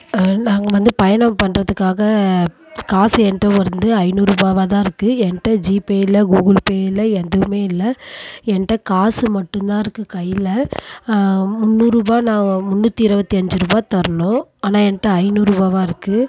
நாங்கள் வந்து பயணம் பண்ணுறதுக்காக காசு என்ட்ட வந்து ஐநூறுபாவாக தான் இருக்குது என்ட்ட ஜிபே இல்லை கூகுள் பே இல்லை எதுவும் இல்லை என்ட்ட காசு மட்டுந்தான் இருக்குது கையில் முந்நூறுபா நான் முந்நூற்றி இருபத்தி அஞ்சுரூபா தரணும் ஆனால் என்ட்ட ஐநூறுபாவாக இருக்குது